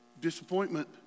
disappointment